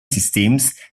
systems